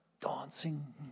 dancing